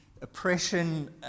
oppression